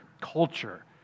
culture